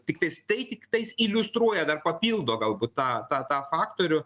tiktais tai tiktais iliustruoja dar papildo galbūt tą tą tą faktorių